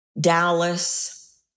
Dallas